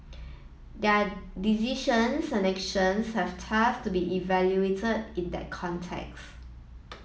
their decisions and actions have thus to be evaluated in that context